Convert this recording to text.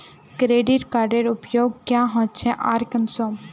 Credit कार्डेर उपयोग क्याँ होचे आर कुंसम?